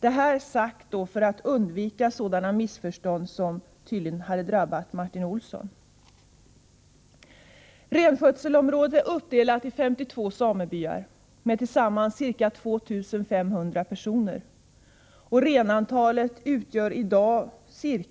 Detta säger jag för att undvika sådana missförstånd som tydligen drabbade Martin Olsson. Renskötselområdet är uppdelat i 52 samebyar med tillsammans ca 2 500 personer. Renantalet utgör i dag